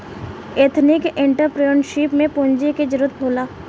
ethnic entrepreneurship में पूंजी के जरूरत होला